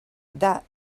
that